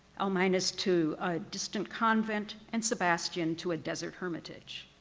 almeyda so to a distant convent and sebastian to a desert hermitage,